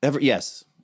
Yes